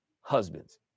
husbands